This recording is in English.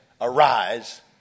arise